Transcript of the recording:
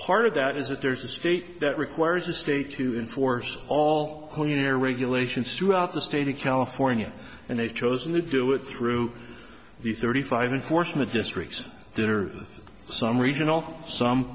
part of that is that there's a state that requires a state to enforce all their regulations throughout the state of california and they've chosen to do it through the thirty five enforcement districts that are some regional some